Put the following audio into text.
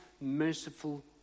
merciful